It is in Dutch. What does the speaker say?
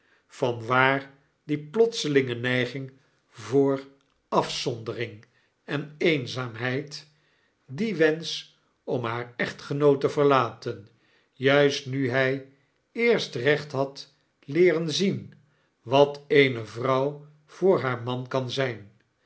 vanwaar die plotselinge neiging voor afzondering en eenzaamheid dien wensch om haar echtgenoot te verlaten juist nu hg eerst recht had leeren zien wat eene vrouw voor haar man kan zgn